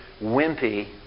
wimpy